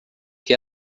que